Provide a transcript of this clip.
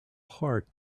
heart